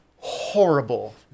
horrible